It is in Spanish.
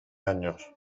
años